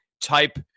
type